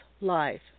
life